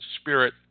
spirit